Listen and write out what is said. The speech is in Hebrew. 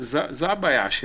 זו הבעיה.